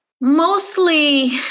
Mostly